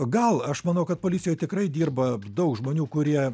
gal aš manau kad policijoj tikrai dirba daug žmonių kurie